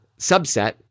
subset